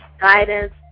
guidance